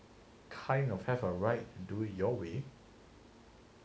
kind of have a right do it your way